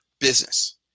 business